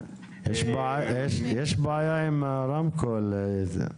לסגירת 4-1. יש אנשי מקצוע אצלנו שאם תרצה,